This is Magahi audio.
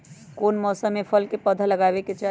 कौन मौसम में फल के पौधा लगाबे के चाहि?